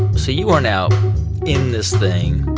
so you are now in this thing.